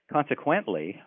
Consequently